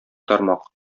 тармак